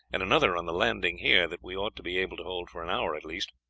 and another on the landing here that we ought to be able to hold for an hour at least,